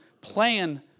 plan